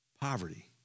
Poverty